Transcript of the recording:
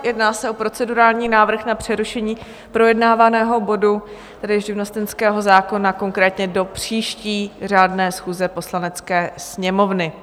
Jedná se o procedurální návrh na přerušení projednávaného bodu, tedy živnostenského zákona, konkrétně do příští řádné schůze Poslanecké sněmovny.